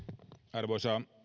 arvoisa